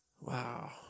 wow